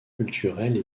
culturelles